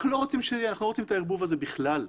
אנחנו לא רוצים את הערבוב הזה בכלל,